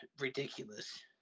ridiculous